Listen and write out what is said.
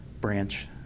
branch